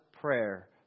prayer